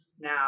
Now